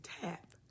tap